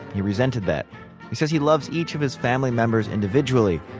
he resented that. he says he loves each of his family members individually,